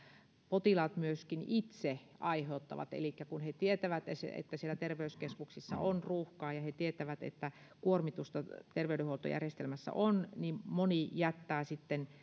potilaat myöskin itse aiheuttavat elikkä kun he tietävät että siellä terveyskeskuksissa on ruuhkaa ja he tietävät että kuormitusta terveydenhuoltojärjestelmässä on niin moni jättää sitten